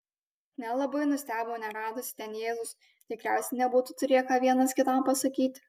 nelabai nustebo neradusi ten jėzaus tikriausiai nebūtų turėję ką vienas kitam pasakyti